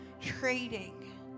trading